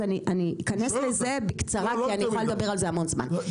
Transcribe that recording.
אז אני אכנס לזה בקצרה כי אני יכולה לדבר על זה המון זמן.